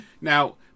Now